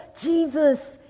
Jesus